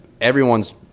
everyone's